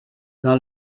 dans